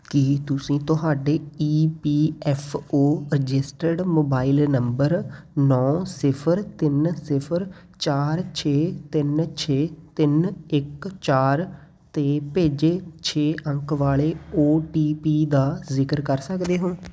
ਕੀ ਤੁਸੀਂ ਤੁਹਾਡੇ E P F O registered mobile number ਨੌ ਸਿਫਰ ਤਿੰਨ ਸਿਫਰ ਚਾਰ ਛੇ ਤਿੰਨ ਛੇ ਤਿੰਨ ਇੱਕ ਚਾਰ 'ਤੇ ਭੇਜੇ ਛੇ ਅੰਕ ਵਾਲੇ ਓ ਟੀ ਪੀ ਦਾ ਜ਼ਿਕਰ ਕਰ ਸਕਦੇ ਹੋ